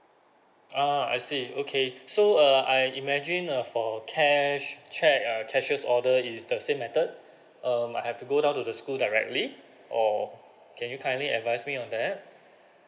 ah I see okay so err I imagine uh for cash cheque uh cashiers order it's the same method um I have to go down to the school directly or can you kindly advice me on that